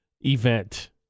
event